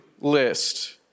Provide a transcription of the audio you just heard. list